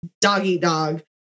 dog-eat-dog